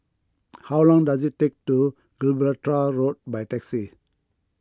how long does it take to Gibraltar Road by taxi